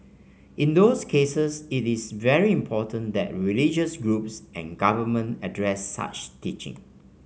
in those cases it is very important that religious groups and government address such teaching